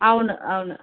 అవును అవును